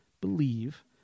believe